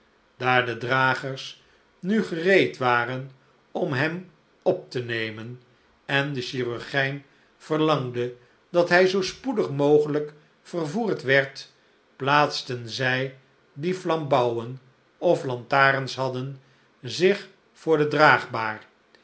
daar de dragers nu gereed waren om hem op te nemen en de chirurgijn verlangde dat hij zoo spoedig mogelijk vervoerd werd plaatsten zij die flambouwen of lantarens hadden zich voor de draagbaar